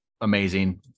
amazing